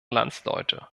landsleute